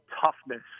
toughness